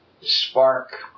spark